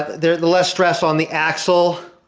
the the less stress on the axle.